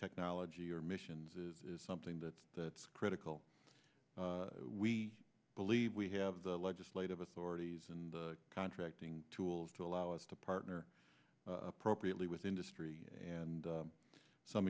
technology or missions is something that that's critical we believe we have the legislative authorities and the contracting tools to allow us to partner appropriately with industry and some